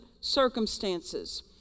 circumstances